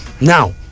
now